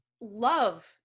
love